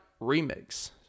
remix